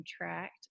contract